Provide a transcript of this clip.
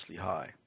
high